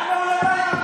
למה הוא לא בא להפגנה?